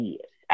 Yes